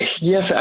yes